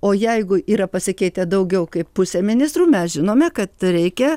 o jeigu yra pasikeitę daugiau kaip pusė ministrų mes žinome kad reikia